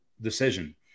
decision